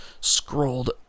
scrolled